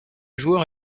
joueur